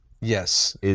Yes